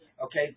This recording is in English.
Okay